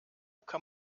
kann